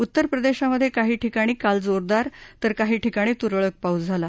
उत्तर प्रदेशमधे काही ठिकाणी काल जोरदार तर काही ठिकाणी तुरळक पाऊस पडला